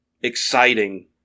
Exciting